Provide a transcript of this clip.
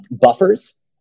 buffers